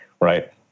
Right